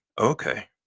Okay